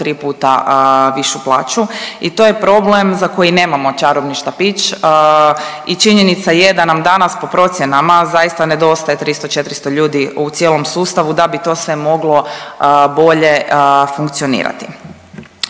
3 puta višu plaću i to je problem za koji nemamo čarobni štapić i činjenica je da nam danas, po procjenama, zaista nedostaje 300, 400 ljudi u cijelom sustavu da bi to sve moglo bolje funkcionirati.